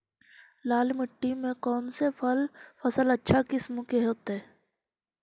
लाल मिट्टी में कौन से फसल अच्छा किस्म के होतै?